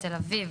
תל אביב,